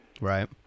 right